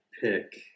pick